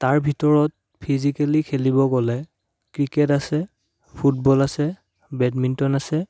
তাৰ ভিতৰত ফিজিকেলি খেলিব গ'লে ক্ৰিকেট আছে ফুটবল আছে বেডমিণ্টন আছে